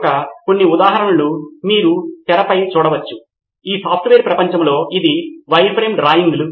notes ఆ సమయంలో ఉంది తద్వారా నేను వచ్చి సవరించగలను లేదా తీసివేయగలను అప్పుడు సమాచారము ఉందని నిర్ధారించడానికి గత సమాచారము ఎల్లప్పుడూ నిర్వాహకుడితో అందుబాటులో ఉండాలి